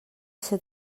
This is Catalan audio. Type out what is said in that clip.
ser